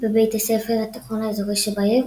בבית הספר התיכון האזורי שבעיר,